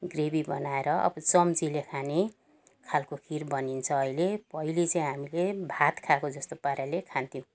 gravy बनाएर अब चम्चीले खाने खालको खिर बनिन्छ अहिले पहिले चाहिँ हामीले भात खाएको जस्तो पाराले खान्थ्यौँ